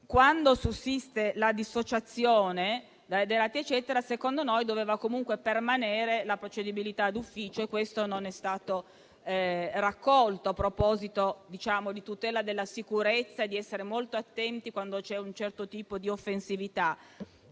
quando sussiste la dissociazione dai reati, secondo noi doveva comunque permanere la procedibilità d'ufficio. Questo suggerimento non è stato raccolto, a proposito di tutela della sicurezza e dell'essere molto attenti quando c'è un certo tipo di offensività.